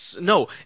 no